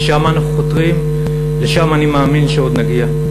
לשם אנחנו חותרים, לשם אני מאמין שעוד נגיע.